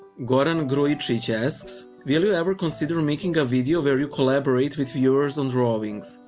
goran grujicic asks, will you ever consider making a video where you collaborate with viewers on drawings?